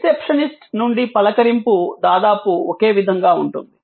receptionist నుండి పలకరింపు దాదాపు ఒకే విధంగా ఉంటుంది